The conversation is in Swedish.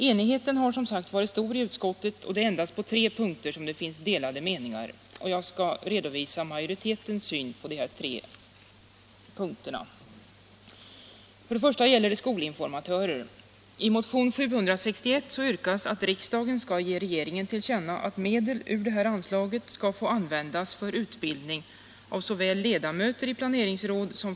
Det är således ett stort ärende som nu behandlas av riksdagen. Enigheten i utskottet har som sagt varit stor, och endast på tre punkter finns delade meningar.